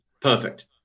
Perfect